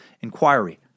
inquiry